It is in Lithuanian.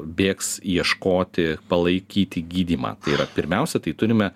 bėgs ieškoti palaikyti gydymą tai yra pirmiausia tai turime